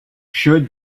should